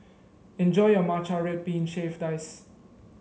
enjoy your Matcha Red Bean Shaved Ice